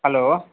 hello